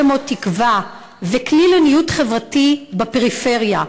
מאוד תקווה וכלי לניוד חברתי בפריפריה,